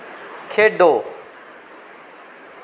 खेढो